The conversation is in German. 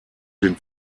den